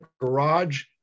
garage